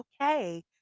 okay